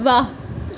ਵਾਹ